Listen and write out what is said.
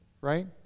Right